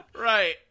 right